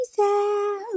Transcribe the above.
out